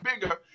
bigger